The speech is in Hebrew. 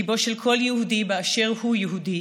בליבו של כל יהודי באשר הוא יהודי,